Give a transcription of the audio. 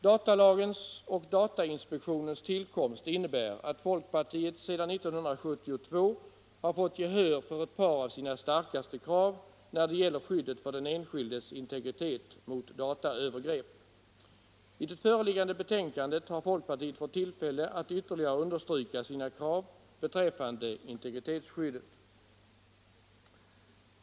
Datalagens och datainspektionens tillkomst innebär att folkpartiet sedan 1972 har fått gehör för ett par av sina starkaste krav när det gäller skyddet för den enskildes integritet mot dataövergrepp. I det föreliggande betänkandet har folkpartiet fått tillfälle att ytterligare understryka sina krav beträffande integritetsskyddet.